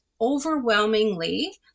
overwhelmingly